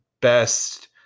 best